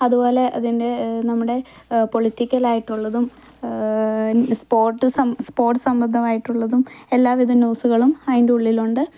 അതുപോലെത്തന്നെ നമ്മുടെ പൊളിറ്റിക്കൽ ആയിട്ടുള്ളതും സ്പോട്ട് സ്പോട്ട് സംബന്ധം ആയിട്ടുള്ളതും എല്ലാവിധ ന്യൂസുകളും അതിൻ്റെ ഉള്ളിലുണ്ട്